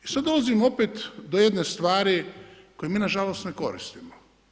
I sada dolazimo do jedne stvari koje mi nažalost ne koristimo.